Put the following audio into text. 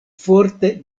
forte